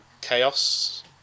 Chaos